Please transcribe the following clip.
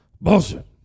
bullshit